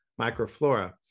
microflora